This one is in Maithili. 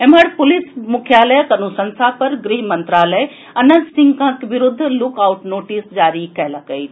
एम्हर पुलिस मुख्यालयक अनुशंसा पर गृह मंत्रालय अनंत सिंहक विरूद्ध लुक आउट नोटिस जारी कयलक अछि